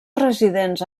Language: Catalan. residents